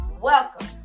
Welcome